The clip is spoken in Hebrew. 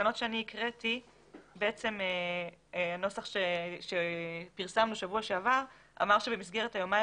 בתקנות שהקראתי הנוסח שפרסמנו בשבוע שעבר אמר שבמסגרת היומיים